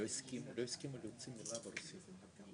אז אתם מתכוונים לשלוח מכתבים.